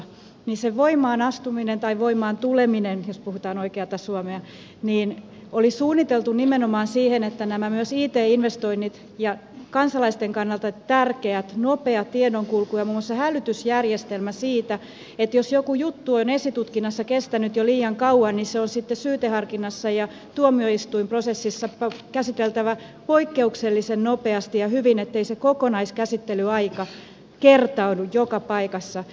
se voimaanastuminen tai voimaantuleminen jos puhutaan oikeata suomea oli suunniteltu nimenomaan it investointeihin ja kansalaisten kannalta tärkeään nopeaan tiedonkulkuun ja muun muassa hälytysjärjestelmään siitä että jos joku juttu on esitutkinnassa kestänyt jo liian kauan se on käsiteltävä syyteharkinnassa ja tuomioistuinprosessissa poikkeuksellisen nopeasti ja hyvin ettei kokonaiskäsittelyaika kertaudu joka paikassa